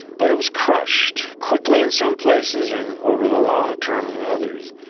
but it was crushed, quickly in some places and over the long term in others,